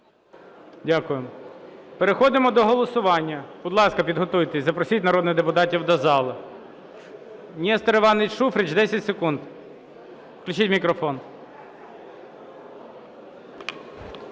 Дякую. Переходимо до голосування. Будь ласка, підготуйтесь. Запросіть народних депутатів до зали. Нестор Іванович Шуфрич, 10 секунд. Включіть мікрофон.